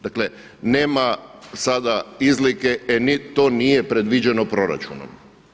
Dakle nema sada izlike e to nije predviđeno proračunom.